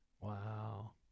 Wow